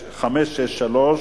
(מ/563).